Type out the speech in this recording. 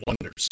Wonders